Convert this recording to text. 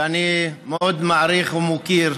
שאני מאוד מעריך ומוקיר,